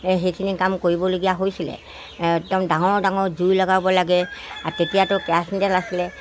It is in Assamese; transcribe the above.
সেইখিনি কাম কৰিবলগীয়া হৈছিলে একদম ডাঙৰ ডাঙৰ জুই লগাব লাগে তেতিয়াতো কেৰাচিন তেল আছিলে